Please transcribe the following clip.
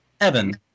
Evan